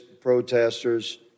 protesters